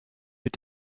mit